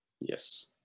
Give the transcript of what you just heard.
yes